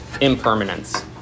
Impermanence